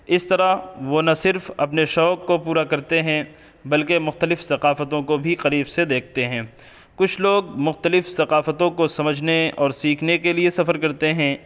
اس طرح وہ نہ صرف اپنے شوق کو پورا کرتے ہیں بلکہ مختلف ثقافتوں کو بھی قریب سے دیکھتے ہیں کچھ لوگ مختلف ثقافتوں کو سمجھنے اور سیکھنے کے لیے سفر کرتے ہیں